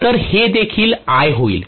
तर हे देखील I होईल